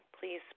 please